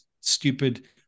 stupid